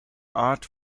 art